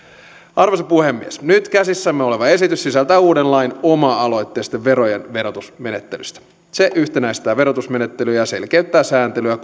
arvoisa puhemies nyt käsissämme oleva esitys sisältää uuden lain oma aloitteisten verojen verotusmenettelystä se yhtenäistää verotusmenettelyjä ja selkeyttää sääntelyä